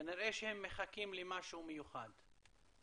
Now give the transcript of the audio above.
כנראה שהם מחכים למשהו מיוחד.